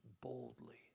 boldly